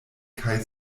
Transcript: kaj